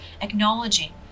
acknowledging